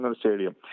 stadium